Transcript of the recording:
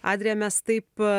adrija mes taip